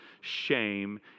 shame